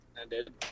ended